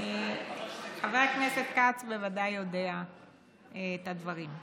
חבר הכנסת כץ בוודאי יודע את הדברים.